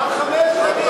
על חמש שנים.